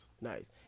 Nice